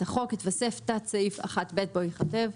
להצעת החוק יתווסף תת סעיף 1(ב) בוא ייכתב,